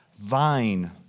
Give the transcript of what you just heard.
vine